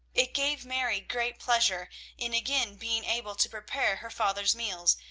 it gave mary great pleasure in again being able to prepare her father's meals,